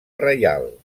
reial